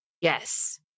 yes